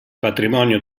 patrimonio